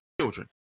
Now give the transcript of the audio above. children